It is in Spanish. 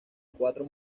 cuatro